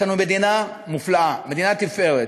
יש לנו מדינה מופלאה, מדינה לתפארת,